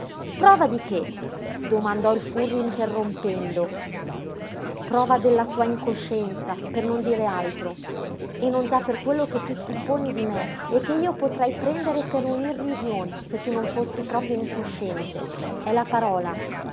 prova prova di che domandò il furri interrompendo prova della tua incoscienza per non dire altro e non già per quello che tu supponi di me e che io potrei prendere per un'irrisione se tu non fossi proprio incosciente è la parola